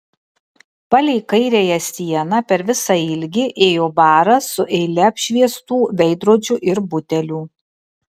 palei kairiąją sieną per visą ilgį ėjo baras su eile apšviestų veidrodžių ir butelių